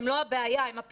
הן לא הבעיה, הן הפתרונות.